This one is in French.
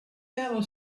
perdre